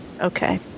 Okay